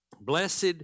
Blessed